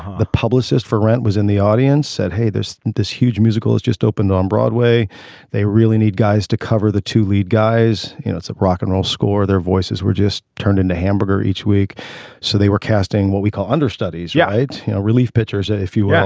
the publicist for rent was in the audience said hey there's this huge musical has just opened on um broadway they really need guys to cover the two lead guys. you know it's a rock and roll score. their voices were just turned into hamburger each week so they were casting what we call understudies. yeah right. you know relief pitchers ah if you yeah